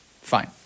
Fine